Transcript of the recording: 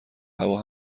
هوا